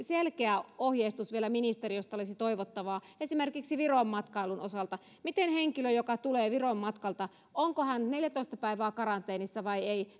selkeä ohjeistus ministeriöstä olisi toivottavaa esimerkiksi viron matkailun osalta henkilö joka tulee viron matkalta onko hän neljätoista päivää karanteenissa vai ei